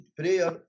prayer